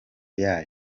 yayo